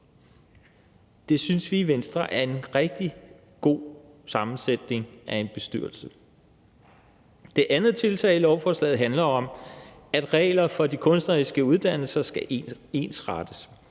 Det synes vi i Venstre er en rigtig god sammensætning af en bestyrelse. For det andet handler et tiltag i lovforslaget om, at reglerne for de kunstneriske uddannelser skal ensrettes.